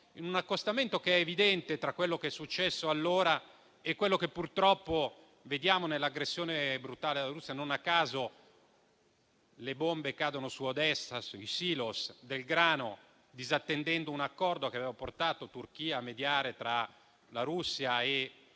un accostamento evidente tra quello che è successo allora e quello che purtroppo vediamo nella brutale aggressione odierna della Russia. Non a caso, le bombe cadono su Odessa e sui silo del grano, disattendendo un accordo che aveva portato la Turchia a mediare tra la Russia e l'Ucraina